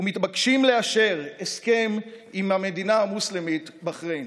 ומתבקשים לאשר הסכם עם המדינה המוסלמית בחריין.